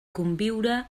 conviure